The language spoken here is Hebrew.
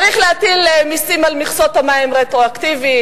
צריך להטיל מסים על מכסות המים רטרואקטיבית,